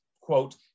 quote